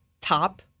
top